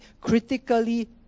critically